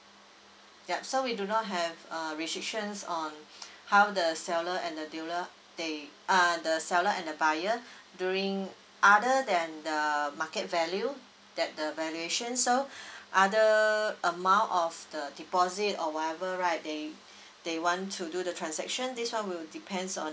yup so we do not have err restrictions on how the seller and the dealer they uh the seller and the buyer during other than the market value that the valuation so other amount of the deposit or whatever right they they want to do the transaction this one will depends on